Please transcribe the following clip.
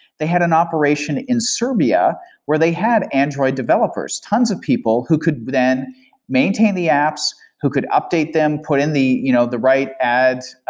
they had an operation in serbia where they had android developers, tons of people, who could then maintain the apps, who could update them, put in the you know the right ads,